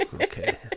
Okay